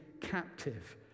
captive